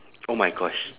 oh my gosh